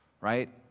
right